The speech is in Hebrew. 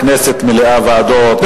הכנסת מלאה ועדות,